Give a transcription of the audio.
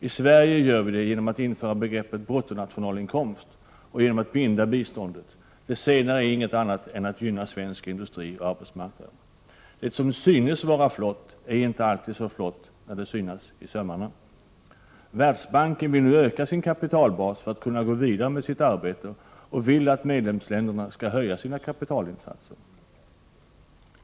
I Sverige gör vi det genom att införa begreppet bruttonationalinkomst och genom att binda biståndet. Det senare är inget annat än att gynna svensk industri och arbetsmarknad. Det som synes vara flott är inte alltid så flott när det synas i sömmarna. Världsbanken vill nu öka sin kapitalbas för att kunna gå vidare med sitt arbete och vill att medlemsländerna skall höja sina kapitalinsatser.